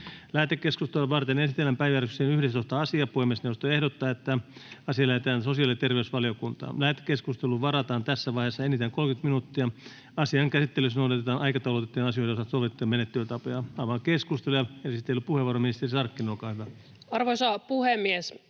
Lähetekeskustelua varten esitellään päiväjärjestyksen 11. asia. Puhemiesneuvosto ehdottaa, että asia lähetetään sosiaali- ja terveysvaliokuntaan. Lähetekeskusteluun varataan tässä vaiheessa enintään 30 minuuttia. Asian käsittelyssä noudatetaan aikataulutettujen asioiden osalta sovittuja menettelytapoja. Avaan keskustelun. Esittelypuheenvuoro, ministeri Sarkkinen, olkaa hyvä. Arvoisa puhemies!